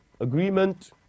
agreement